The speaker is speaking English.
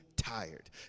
tired